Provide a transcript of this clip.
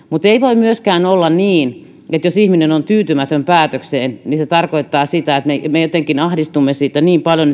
mutta ei voi myöskään olla niin että jos ihminen on tyytymätön päätökseen niin se tarkoittaa sitä että me jotenkin ahdistumme siitä niin paljon